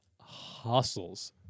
hustles